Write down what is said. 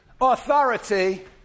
authority